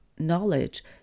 knowledge